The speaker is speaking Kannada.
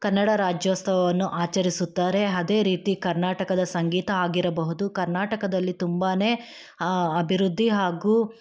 ಕನ್ನಡ ರಾಜ್ಯೋತ್ಸವವನ್ನು ಆಚರಿಸುತ್ತಾರೆ ಅದೇ ರೀತಿ ಕರ್ನಾಟಕದ ಸಂಗೀತ ಆಗಿರಬಹುದು ಕರ್ನಾಟಕದಲ್ಲಿ ತುಂಬ ಅಭಿವೃದ್ಧಿ ಹಾಗೂ